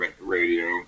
radio